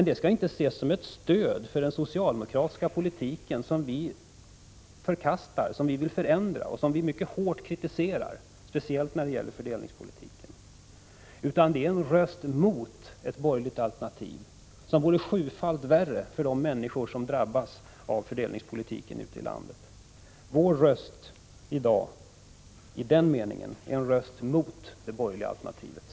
Detta skall inte ses som något stöd för den socialdemokratiska politiken, som vi förkastar, vill förändra och mycket hårt kritiserar — speciellt när det gäller fördelningspolitiken. Vår röst i dag är en röst mot ett borgerligt alternativ som vore sjufalt värre för de människor ute i landet som drabbas av fördelningspolitiken.